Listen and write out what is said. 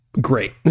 great